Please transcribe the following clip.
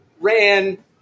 ran